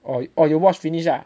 oh you oh you watch finish ah